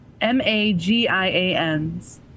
M-A-G-I-A-Ns